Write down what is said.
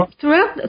throughout